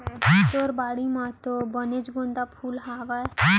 तोर बाड़ी म तो बनेच गोंदा फूल हावय